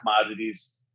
commodities